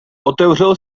otevřel